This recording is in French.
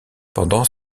pendant